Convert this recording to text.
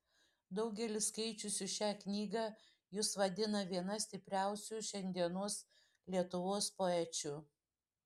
daugelis skaičiusių šią knygą jus vadina viena stipriausių šiandienos lietuvos poečių